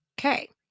Okay